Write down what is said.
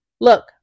look